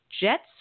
Jets